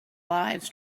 lives